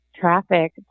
traffic